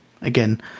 again